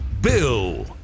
Bill